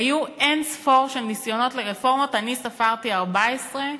היו אין-ספור ניסיונות לרפורמות, אני ספרתי 14,